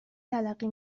تلقی